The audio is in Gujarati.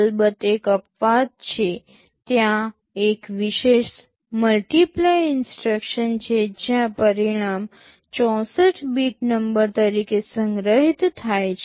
અલબત્ત એક અપવાદ છે ત્યાં એક વિશેષ મલ્ટીપ્લાય ઇન્સટ્રક્શન છે જ્યાં પરિણામ 64 બીટ નંબર તરીકે સંગ્રહિત થાય છે